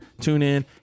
TuneIn